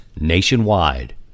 nationwide